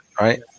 Right